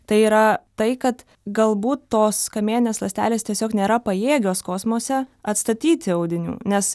tai yra tai kad galbūt tos kamieninės ląstelės tiesiog nėra pajėgios kosmose atstatyti audinių nes